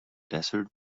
desert